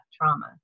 trauma